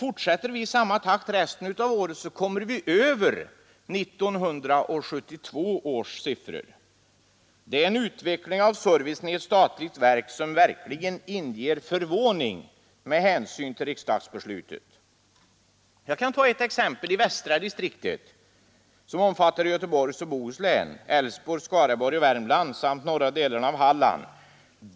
Fortsätter vi i samma takt resten av året, kommer vi över 1972 års siffror. Det är en utveckling av servicen i ett statligt verk som verkligen inger förvåning med hänsyn till riksdagsbeslutet. Jag kan som exempel ta västra distriktet, som omfattar Göteborgs och Bohus län, Älvsborg, Skaraborg och Värmland samt norra delen av Halland.